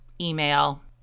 email